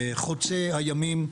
חוצה הימים,